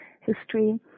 history